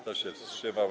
Kto się wstrzymał?